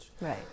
right